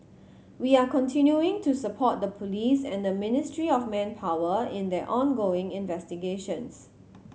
we are continuing to support the police and the Ministry of Manpower in their ongoing investigations